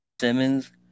Simmons